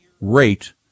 rate